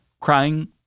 crying